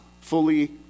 fully